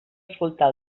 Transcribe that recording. escoltar